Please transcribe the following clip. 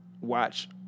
watch